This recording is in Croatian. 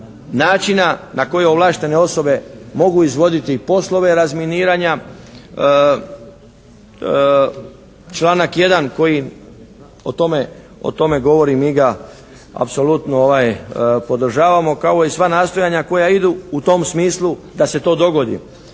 načina na koji ovlaštene osobe mogu izvoditi poslove razminiranja. Članak 1. koji o tome govori, mi ga apsolutno podržavamo kao i sva nastojanja koja idu u tom smislu da se to dogodi.